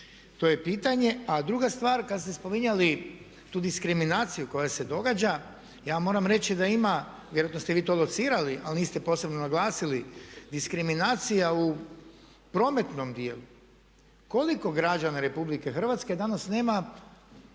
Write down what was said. to je pitanje. A druga stvar, kad ste spominjali tu diskriminaciju koja se događa, ja moram reći da ima, vjerojatno ste vi to locirali ali niste posebno naglasili diskriminacija u prometnom dijelu, koliko građana RH danas nema